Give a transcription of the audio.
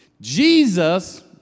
Jesus